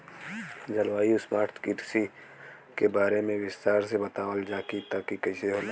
जलवायु स्मार्ट कृषि के बारे में विस्तार से बतावल जाकि कइसे होला?